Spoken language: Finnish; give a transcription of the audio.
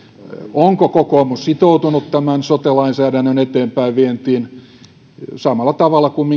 onko kokoomus sitoutunut tämän sote lainsäädännön eteenpäinvientiin samalla tavalla kuin